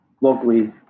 locally